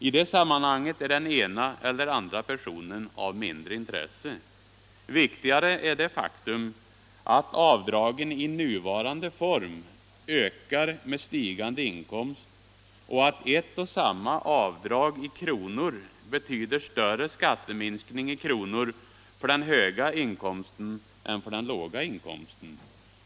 I det sammanhanget är den ena eller den andra personen av mindre intresse. Viktigare är det faktum att avdragen i nuvarande form ökar med stigande inkomst. Ett och samma avdrag i kronor räknat betyder större skatteminskning i kronor för den höga inkomsten än för den låga inkomsten.